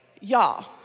Y'all